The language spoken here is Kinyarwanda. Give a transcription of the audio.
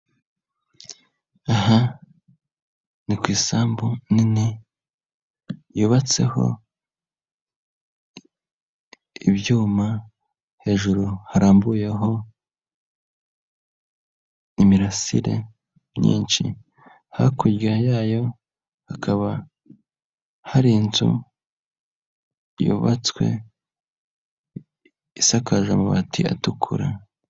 Aha ni ku isambu nini yubatseho ibyuma, hejuru harambuyeho imirasire myinshi, hakurya yayo hakaba hari inzu yubatswe isakaje amabati atukura.